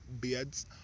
beards